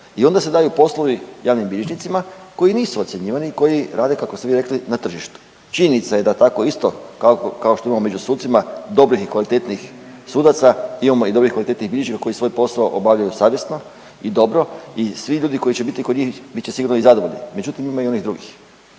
I onda se daju poslovi javnim bilježnicima koji nisu ocjenjivani, koji rade kako ste vi rekli na tržištu. Činjenica je da tako isto kao što imamo među sucima dobrih i kvalitetnih sudaca imamo i dobrih i kvalitetnih bilježnika koji svoj posao obavljaju savjesno i dobro i svi ljudi koji će biti kod njih bit će sigurno i zadovoljni. Međutim, ima i o onih drugih.